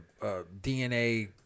DNA